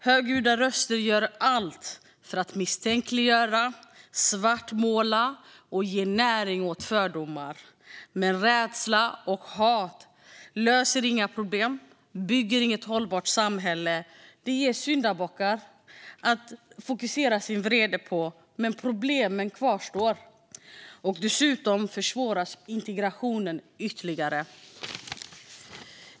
Högljudda röster gör allt för att misstänkliggöra, svartmåla och ge näring åt fördomar. Men rädsla och hat löser inga problem och bygger inget hållbart samhälle. Det ger syndabockar att fokusera sin vrede på, men problemen kvarstår. Dessutom försvåras integrationen ytterligare.